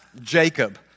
Jacob